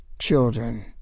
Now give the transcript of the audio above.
Children